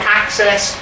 access